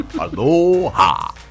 Aloha